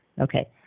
Okay